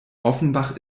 offenbach